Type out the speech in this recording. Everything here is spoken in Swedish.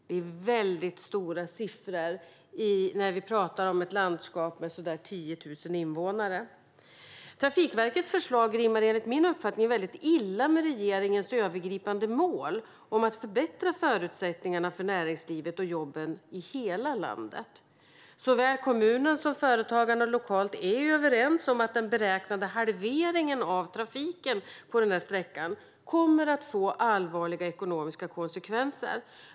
Det är stora siffror när vi pratar om ett landskap med ca 10 000 invånare. Trafikverkets förslag rimmar enligt min uppfattning illa med regeringens övergripande mål om att förbättra förutsättningarna för näringslivet och jobben i hela landet. Såväl kommunen som företagarna lokalt är överens om att den beräknade halveringen av trafiken på den här sträckan kommer att få allvarliga ekonomiska konsekvenser.